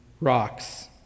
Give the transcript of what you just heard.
rocks